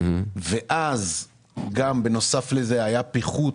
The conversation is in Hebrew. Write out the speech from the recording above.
ואז בנוסף לזה היה פיחות